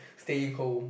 stay in home